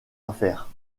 affaire